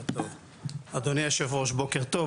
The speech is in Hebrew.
אדוני היו"ר בוקר טוב,